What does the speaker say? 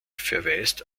verweist